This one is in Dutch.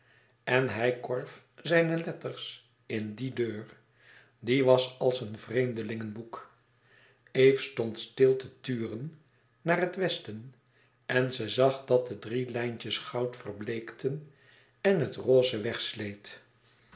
en hij korf zijne letters in die deur die was als een vreemdelingenboek eve stond stil te turen naar het westen en ze zag dat de drie lijntjes goud verbleekten en het roze